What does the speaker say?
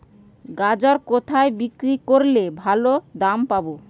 গাজর কোথায় বিক্রি করলে ভালো দাম পাব?